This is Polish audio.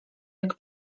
jak